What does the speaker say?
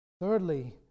Thirdly